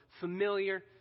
familiar